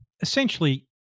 essentially